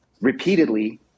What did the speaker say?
repeatedly